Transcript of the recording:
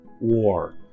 War